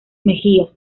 mejía